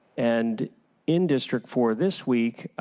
and in district four this week,